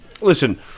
Listen